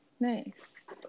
Nice